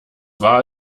war